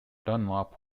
dunlop